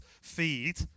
feed